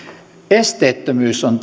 esteettömyys on